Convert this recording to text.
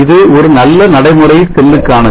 இது ஒரு நல்ல நடைமுறை செல்லுக்கானது